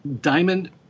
diamond